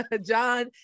John